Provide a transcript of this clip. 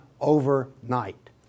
overnight